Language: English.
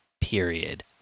period